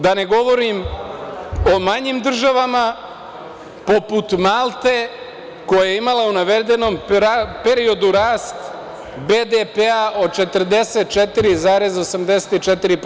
Da ne govorim o manjim državama poput Malte, koja je imala u navedenom periodu rast BPD-a od 44,84%